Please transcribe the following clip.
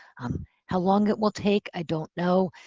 um how long it will take, i don't know.